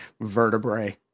vertebrae